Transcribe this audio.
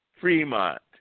Fremont